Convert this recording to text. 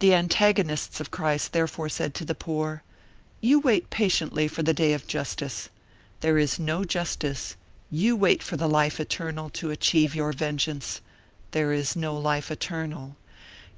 the antagonists of christ therefore said to the poor you wait patiently for the day of justice there is no justice you wait for the life eternal to achieve your vengeance there is no life eternal